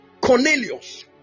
Cornelius